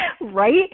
right